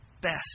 best